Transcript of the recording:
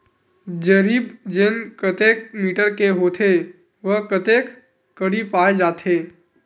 जरीब चेन कतेक मीटर के होथे व कतेक कडी पाए जाथे?